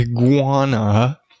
iguana